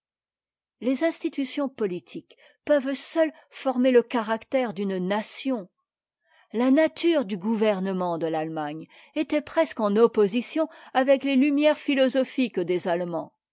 les institutions politiques peuvent seules for mer le caractère d'une nation la nature du gouvernement de l'allemagne était presque en opposition avec les lumières philosophiques des allemands